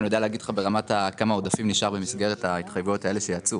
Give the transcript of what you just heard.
אני יודע להגיד לך ברמת כמה עודפים נשאר במסגרת ההתחייבויות האלה שיצאו.